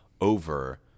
over